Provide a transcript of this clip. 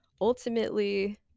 ultimately